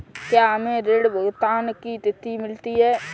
क्या हमें ऋण भुगतान की तिथि मिलती है?